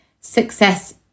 success